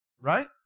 right